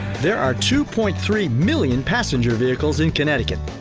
there are two point three million passenger vehicles in connecticut.